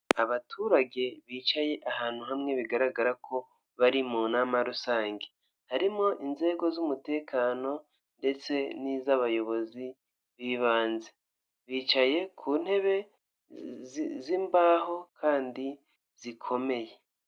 Abaturage bicaye ahantu hamwe bigaragara ko bari mu nama rusange, harimo inzego z'umutekano ndetse n'iz'abayobozi b'ibanze, bicaye ku ntebe z'imbaho kandi zikomeye.